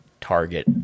target